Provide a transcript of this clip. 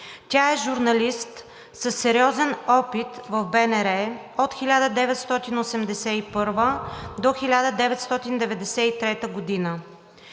Тя е журналист със сериозен опит в БНР от 1981-а до 1993 г.